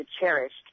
cherished